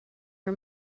her